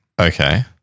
Okay